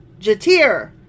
Jatir